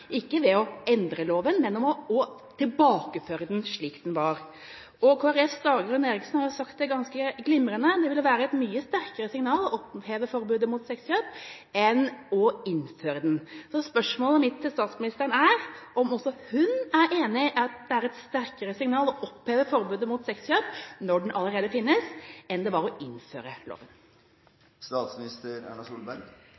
ikke ved å endre loven, men å tilbakeføre den slik den var. Kristelig Folkepartis Dagrun Eriksen har sagt det ganske glimrende: Det ville være et mye sterkere signal å oppheve forbudet mot sexkjøp enn å innføre den. Spørsmålet mitt til statsministeren er om hun er enig i at det er et sterkere signal å oppheve forbudet mot sexkjøp, når loven allerede finnes, enn det var å innføre